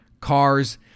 cars